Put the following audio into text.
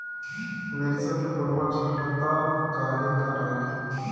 मिरचा के फुलवा झड़ता काहे का डाली?